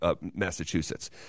Massachusetts